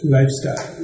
Lifestyle